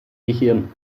gehirn